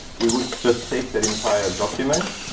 we would just take that entire document,